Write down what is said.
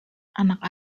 anak